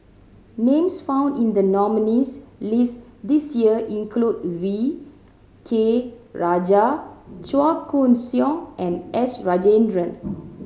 names found in the nominees' list this year include V K Rajah Chua Koon Siong and S Rajendran